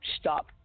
stop